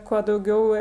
kuo daugiau